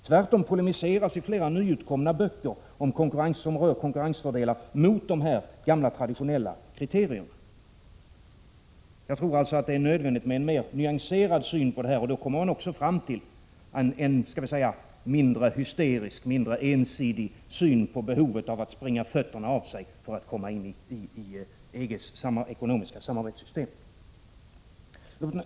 Tvärtom polemiseras i flera nyutkomna böcker som rör konkurrensfördelar mot de här gamla traditionella kriterierna: Jag tror alltså att det är nödvändigt med en mer nyanserad syn på saken. Då kommer man också fram till en låt mig säga mindre hysterisk, mindre ensidig syn på behovet av att springa fötterna av sig för att komma in i EG:s ekonomiska samarbetssystem.